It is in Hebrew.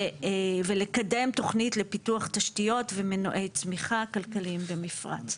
ולקדם תוכנית לפיתוח תשתיות ומנועי צמיחה כלכליים במפרץ,